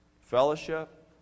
fellowship